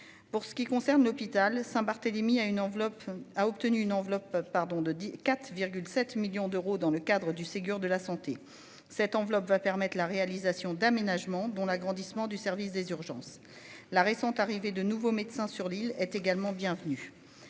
Pour ce qui concerne l'hôpital Saint Barthélémy à une enveloppe a obtenu une enveloppe pardon de 14, 7 millions d'euros dans le cadre du Ségur de la santé. Cette enveloppe va permettre la réalisation d'aménagements dont l'agrandissement du service des urgences. La récente arrivée de nouveaux médecins sur l'île est également bienvenue.